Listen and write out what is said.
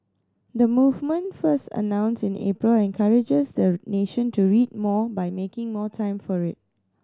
the movement first announce in April encourages the nation to read more by making more time for it